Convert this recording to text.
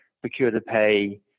procure-to-pay